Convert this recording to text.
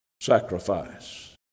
sacrifice